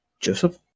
Joseph